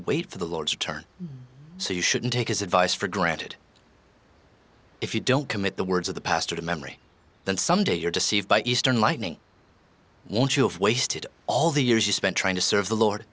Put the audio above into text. wait for the lord's return so you shouldn't take his advice for granted if you don't commit the words of the past or the memory that someday you're deceived by eastern lightning won't you have wasted all the years you spent trying to serve the lord